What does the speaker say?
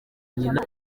nyina